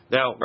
Now